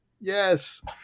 yes